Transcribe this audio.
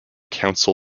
council